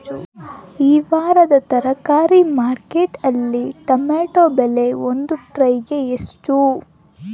ಈ ವಾರದ ತರಕಾರಿ ಮಾರುಕಟ್ಟೆಯಲ್ಲಿ ಟೊಮೆಟೊ ಬೆಲೆ ಒಂದು ಟ್ರೈ ಗೆ ಎಷ್ಟು?